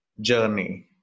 journey